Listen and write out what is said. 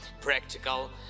practical